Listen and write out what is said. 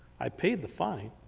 i paid the fine,